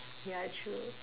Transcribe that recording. yeah true